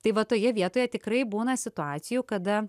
tai vat toje vietoje tikrai būna situacijų kada